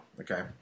Okay